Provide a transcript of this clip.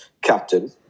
captain